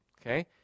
Okay